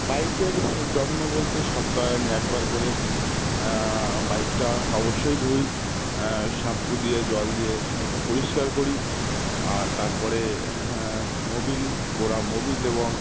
বাইকের যত্ন বলতে সপ্তাহে আমি একবার করে বাইকটা অবশ্যই ধুই শ্যাম্পু দিয়ে জল দিয়ে সেটাকে পরিষ্কার করি আর তারপরে মোবিল পোড়া মোবিল এবং